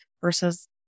versus